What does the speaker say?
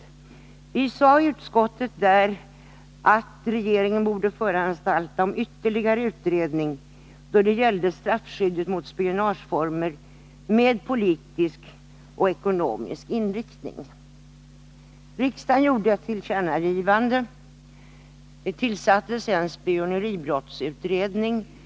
Vi sade i utskottet att regeringen borde föranstalta om ytterligare utredning då det gällde straffskyddet i fråga om spionageformer med politisk och ekonomisk inriktning. Riksdagen gjorde ett tillkännagivande. En spioneribrottsutredning tillsattes.